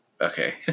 Okay